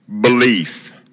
belief